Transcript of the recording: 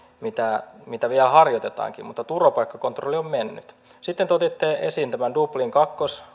mitä mitä vielä harjoitetaankin mutta turvapaikkakontrolli on mennyt sitten te otitte esiin tämän dublin kaksi